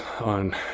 on